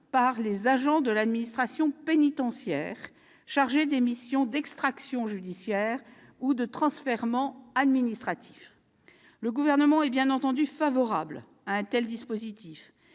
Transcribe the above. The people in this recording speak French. par les agents de l'administration pénitentiaire chargés des missions d'extractions judiciaires ou de transfèrements administratifs. Le Gouvernement est, bien entendu, favorable à un tel dispositif.